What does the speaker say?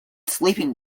sleeping